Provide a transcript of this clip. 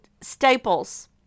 staples